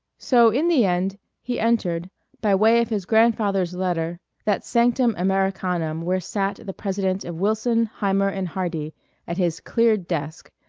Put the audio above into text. so in the end he entered by way of his grandfather's letter, that sanctum americanum where sat the president of wilson, hiemer and hardy at his cleared desk,